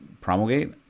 promulgate